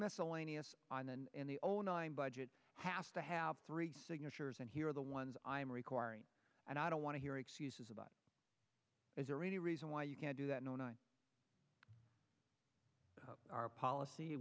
miscellaneous on and in the old nine budget have to have three signatures and here are the ones i am requiring and i don't want to hear excuses about is there any reason why you can't do that no no our policy